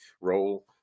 role